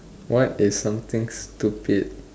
what is something stupid